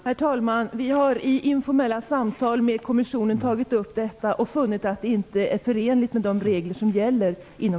Herr talman! Vi har vid informella samtal med kommissionen tagit upp detta, men vi har funnit att det inte är förenligt med de regler som gäller inom